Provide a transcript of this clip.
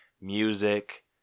music